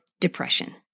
depression